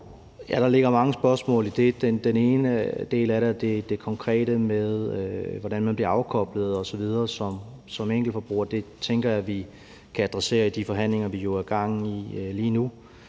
Der ligger mange spørgsmål i det. Det ene er i forhold til det konkrete med, hvordan man bliver afkoblet osv. som enkeltforbruger, og det tænker jeg vi kan adressere i de forhandlinger, vi jo har gang i lige nu.